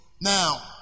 now